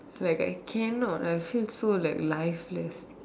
like I cannot I feel so like lifeless